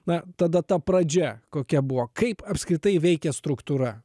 na tada ta pradžia kokia buvo kaip apskritai veikia struktūra